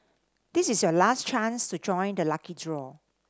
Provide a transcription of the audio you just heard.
this is your last chance to join the lucky draw